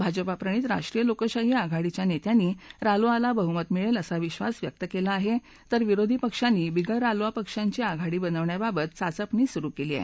भाजपाप्रणित राष्ट्रीय लोकशाही आघाडीच्या नेत्यांनी रालोआला बहमत मिळेल असा विधास व्यक्त केला आहे तर विरोधी पक्षांनी बिगर रालोआ पक्षांची आघाडी बनवण्याबाबत चाचपणी सुरु केली आहे